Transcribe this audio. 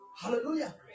Hallelujah